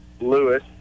Lewis